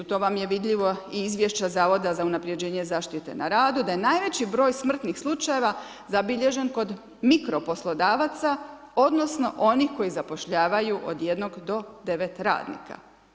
To vam je vidljivo iz izvješća Zavoda za unapređenje zaštite na radu da je najveći broj smrtnih slučajeva zabilježen kod mikroposlodavaca odnosno onih koji zapošljavaju od 1 do 9 radnika.